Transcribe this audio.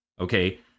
Okay